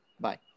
bye